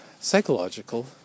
psychological